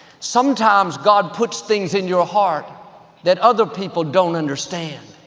sometimes god puts things in your heart that other people don't understand.